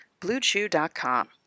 BlueChew.com